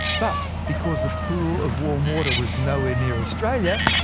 but because the pool of warm water was nowhere near australia,